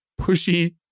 pushy